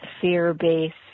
fear-based